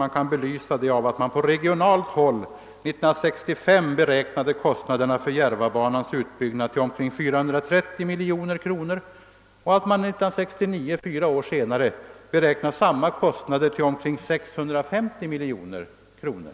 Detta kan belysas med att man på regionalt håll 1965 beräknade kostnaderna för Järvabanans utbyggnad till omkring 430 miljoner kronor, medan man 1969, alltså fyra år senare, beräknar samma kostnader till omkring 650 miljoner kronor.